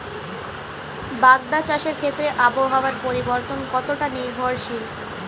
বাগদা চাষের ক্ষেত্রে আবহাওয়ার পরিবর্তন কতটা নির্ভরশীল?